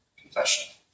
confession